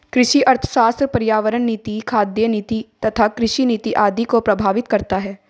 कृषि अर्थशास्त्र पर्यावरण नीति, खाद्य नीति तथा कृषि नीति आदि को प्रभावित करता है